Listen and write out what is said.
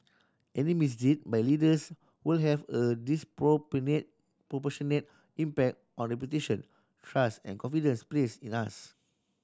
any misdeed by leaders will have a proportionate impact on reputation trust and confidence placed in us